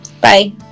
Bye